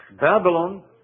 Babylon